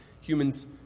humans